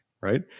right